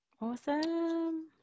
awesome